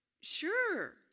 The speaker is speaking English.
sure